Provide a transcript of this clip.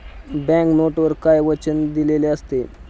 Bank नोटवर काय वचन दिलेले असते?